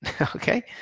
okay